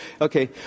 Okay